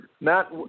Matt